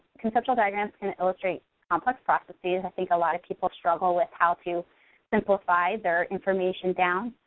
conceptual diagrams can illustrate complex processes. i think a lot of people struggle with how to simplify their information down.